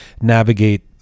navigate